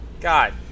God